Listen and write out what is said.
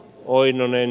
oinonen